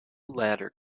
latter